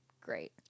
Great